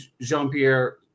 Jean-Pierre